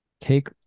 take